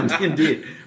Indeed